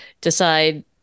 decide